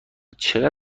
چقدر